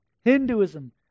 Hinduism